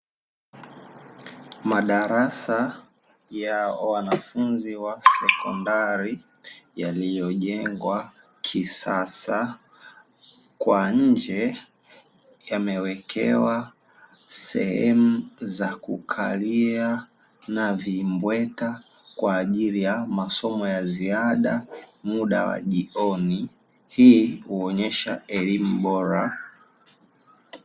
Madarasa ya wanafunzi wa sekondari yaliyojengwa kisasa kwa nje yamewekewa sehemu za kukalia na vimbweta kwa ajili ya masomo ya ziada muda wa jioni. Hii huonyesha elimu bora.